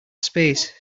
space